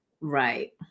Right